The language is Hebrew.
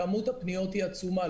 כמות הפניות היא עצומה.